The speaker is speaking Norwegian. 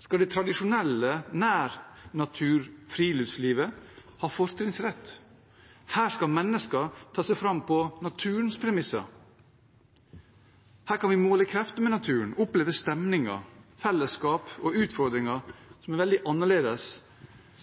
skal det tradisjonelle nærnaturfriluftslivet ha fortrinnsrett. Her skal menneskene ta seg fram på naturens premisser. Her kan vi måle krefter med naturen, oppleve stemninger, fellesskap og